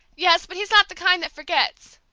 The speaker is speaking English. yes, but he's not the kind that forgets!